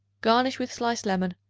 garnish with sliced lemon,